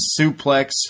suplex